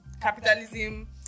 capitalism